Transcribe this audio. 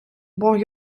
бог